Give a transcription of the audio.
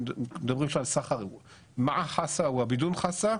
הם מדברים על "מעע חיסא וואה בידול חיסא",